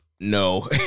no